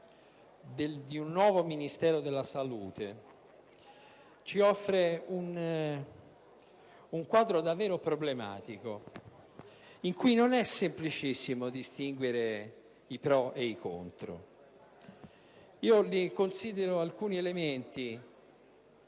del Ministero della salute offre un quadro davvero problematico, in cui non è semplice distinguere i pro e i contro. Analizzerò alcuni elementi